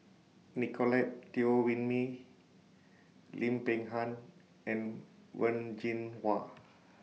Nicolette Teo Wei Min Lim Peng Han and Wen Jinhua